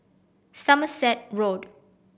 Somerset Road